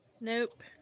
Nope